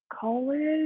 college